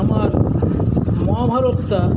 আমার মহাভারতটা